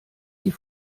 die